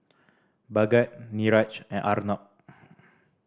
Bhagat Niraj and Arnab